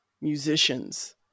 musicians